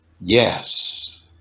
Yes